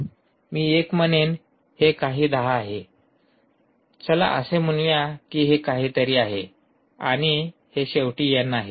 मी 1 म्हणेन हे काही 10 आहे चला असे म्हणूया की हे काहीतरी आहे आणि हे शेवटी एन आहे